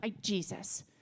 Jesus